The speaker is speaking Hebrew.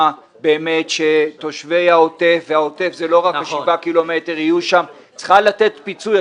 באמת שתושבי העוטף והעוטף הוא לא רק שבעה קילומטרים צריכה לתת פיצוי.